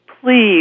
please